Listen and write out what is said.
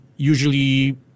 Usually